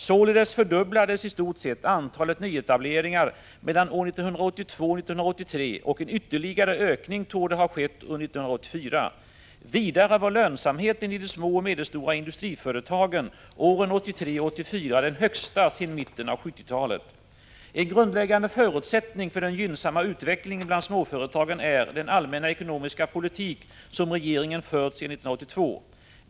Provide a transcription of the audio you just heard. Således fördubblades i stort sett antalet nyetableringar mellan år 1982 och 1983, och en ytterligare ökning torde ha skett under år 1984. Vidare var lönsamheten i de små och medelstora industriföretagen åren 1983 och 1984 den högsta sedan mitten av 1970-talet. En grundläggande förutsättning för den gynnsamma utvecklingen bland småföretagen är den allmänna ekonomiska politik som regeringen fört sedan år 1982.